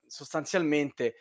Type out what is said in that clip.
sostanzialmente